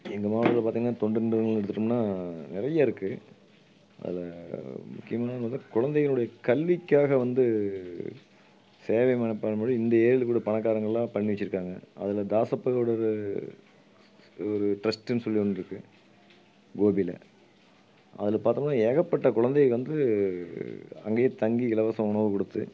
எங்கள் மாவட்டத்தில் பார்த்திங்கனா தொண்டு நிறுவனங்கள்னு எடுத்துகிட்டோம்னா நிறைய இருக்குது அதில் முக்கியமாக பார்த்தா குழந்தையினுடைய கல்விக்காக வந்து சேவை மனப்பான்படி இந்த பணக்காரங்கள்லாம் பண்ணி வெச்சிருக்காங்க அதில் தாசப்பரோடது ஒரு ட்ரஸ்ட்டுன் சொல்லி ஒன்றுருக்கு கோபியில் அதில் பார்த்தோம்னா ஏகப்பட்ட குழந்தை வந்து அங்கேயே தங்கி இலவச உணவு கொடுத்து